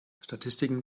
statistiken